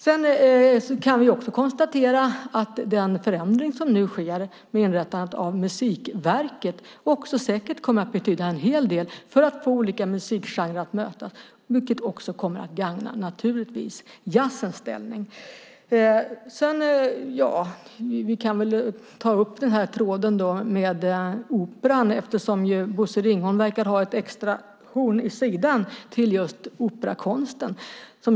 Sedan kan vi också konstatera att den förändring som nu sker med inrättandet av Musikverket också säkert kommer att betyda en hel del för att få olika musikgenrer att mötas, vilket också naturligtvis kommer att gagna jazzens ställning. Vi kan väl ta upp tråden med operan eftersom Bosse Ringholm verkar ha ett horn i sidan till just operakonsten.